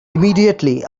immediately